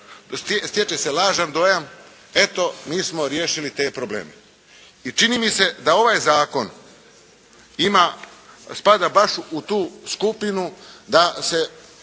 Stječe se lažan dojam: «Eto mi smo riješili te probleme.» I čini mi se da ovaj Zakon ima, spada baš u tu skupinu da se,